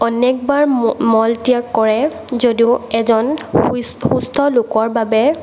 অনেকবাৰ মল ত্যাগ কৰে যদিও এজন সুস্থ লোকৰ বাবে